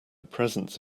presence